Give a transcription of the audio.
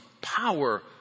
power